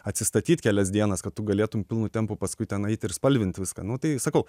atsistatyt kelias dienas kad tu galėtum pilnu tempu paskui ten eit ir spalvint viską nu tai sakau